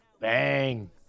Bang